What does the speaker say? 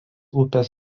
upės